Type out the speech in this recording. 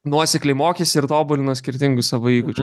nuosekliai mokėsi ir tobulino skirtingus savo įgūdžius